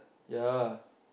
ya